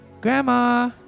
Grandma